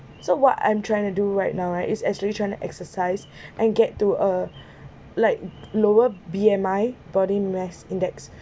so what I'm trying to do right now right is actually trying to exercise and get to uh like lower B_M_I body mass index